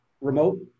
remote